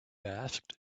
asked